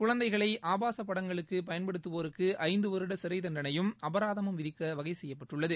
குழந்தைகளை ஆபாச படங்களுக்கு பயன்படுத்தவோருக்கு ஐந்து வருட சிறைத்தண்டனையும் அபராதமும் விதிக்க வகை செய்யப்பட்டுள்ளது